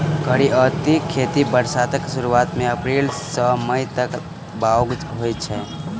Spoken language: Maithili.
करियौती खेती बरसातक सुरुआत मे अप्रैल सँ मई तक बाउग होइ छै